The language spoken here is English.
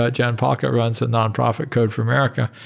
ah jen pahlka, runs a nonprofit code for america,